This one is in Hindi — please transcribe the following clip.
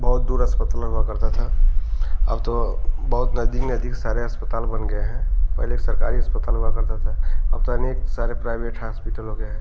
बहुत दूर अस्पतल हुआ करता था अब तो बहुत नजदीक नजदीक सारे अस्पताल बन गए हैं पहले एक सरकारी अस्पताल हुआ करता था अब तो अनेक सारे प्राइवेट हास्पिटल हो गए हैं